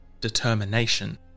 determination